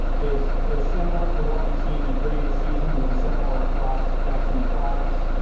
is is similar to what we've seen in previous seasons and similar across vaccine products.